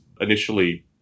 initially